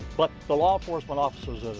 but the law enforcement officers,